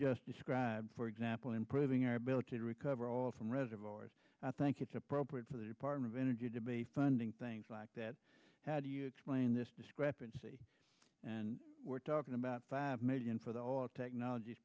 describe for example improving our ability to recover all from reservoirs i think it's appropriate for the department of energy to be funding things like that how do you explain this discrepancy and we're talking about five million for the whole technologies